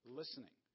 listening